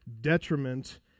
detriment